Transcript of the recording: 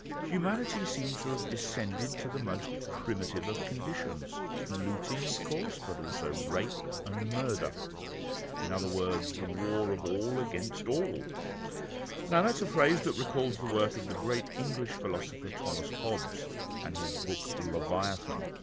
humanity seems to have descended to the most primitive of conditions looting of course, but also rape and murder in other words, the war of all against all now that's a phrase that recalls the work of the great english philosopher, thomas hobbes and his book, leviathan,